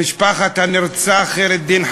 משפחת הנרצח חיר א-דין חמדאן.